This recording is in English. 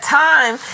time